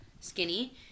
skinny